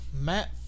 Matt